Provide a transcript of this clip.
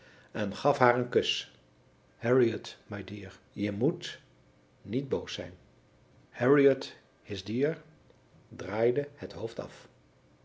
en gaf haar een kus harriot my dear je moet niet boos zijn harriot his dear draaide het hoofd af